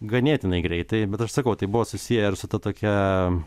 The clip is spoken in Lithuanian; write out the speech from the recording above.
ganėtinai greitai bet aš sakau tai buvo susiję ir su ta tokia